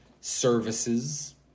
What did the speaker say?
services